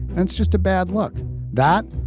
that's just a bad luck that.